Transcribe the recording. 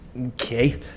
Okay